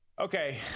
Okay